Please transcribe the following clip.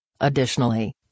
Additionally